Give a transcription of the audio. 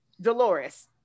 Dolores